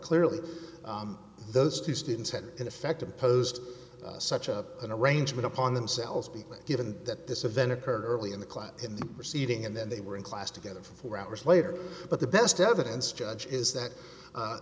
clearly those two students had in effect imposed such up an arrangement upon themselves be given that this event occurred early in the class in the proceeding and then they were in class together for hours later but the best evidence judge is that